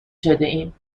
شدهایم